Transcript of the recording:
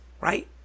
right